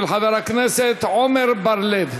של חבר הכנסת עמר בר-לב.